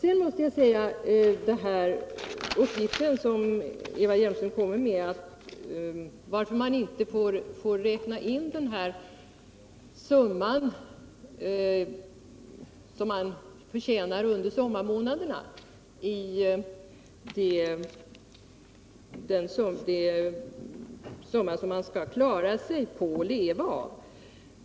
Eva Hjelmström kom med en uppgift om att man inte får räkna in det belopp som man förtjänar under sommarmånaderna i den summa som man skall klara sig på och leva av.